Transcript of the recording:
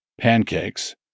pancakes